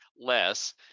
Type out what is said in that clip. less